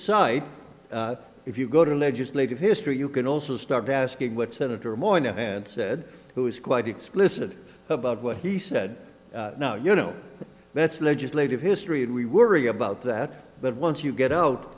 so if you go to legislative history you can also start asking what senator moynihan said who is quite explicit about what he said you know that's legislative history and we worry about that but once you get out